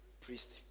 priest